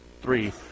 three